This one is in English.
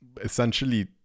essentially